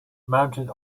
mounted